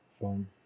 phone